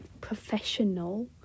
professional